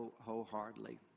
wholeheartedly